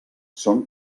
són